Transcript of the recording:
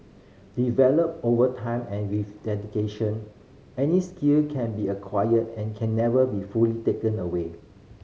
developed over time and with dedication any skill can be acquired and can never be fully taken away